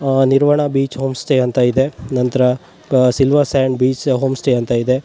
ನಿರ್ವಣ beach home stay ಅಂತ ಇದೆ ನಂತರ silver sand beach home stay ಅಂತ ಇದೆ